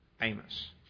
Amos